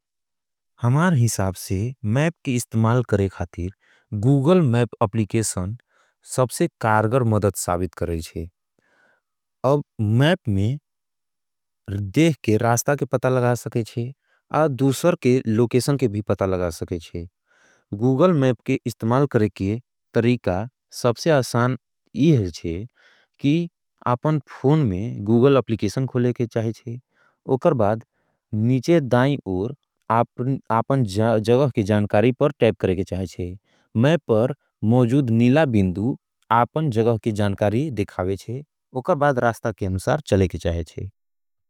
हमार हिसाब से मैप की इस्तेमाल करे खातीर, सबसे कारगर मदद सावित करेजे। अब मैप में देख के रास्ता के पता लगा सकेजे और दूसर के लोकेशन के भी पता लगा सकेजे। गूगल मैप के इस्तेमाल करेके तरीका सबसे असान यह है जे कि आपन फोन में गूगल अपलिकेशन खोले के चाहे जे। उकर बाद नीचे दाई और आपन जगह के जानकारी पर टैब करे के चाहे जे। मैपर मोझूद नीला बिंदू आपन जगह के जानकारी दिखावे चे उकर बाद रास्ता के अनुसार चले के चाहे चे।